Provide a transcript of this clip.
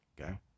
okay